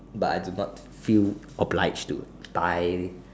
but I do not feel oblige to buy